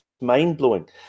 mind-blowing